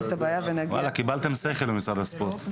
קיבלתם שכל במשרד הספורט.